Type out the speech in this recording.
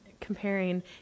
comparing